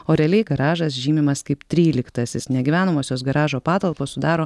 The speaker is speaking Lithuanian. o realiai garažas žymimas kaip tryliktasis negyvenamosios garažo patalpos sudaro